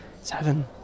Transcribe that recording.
seven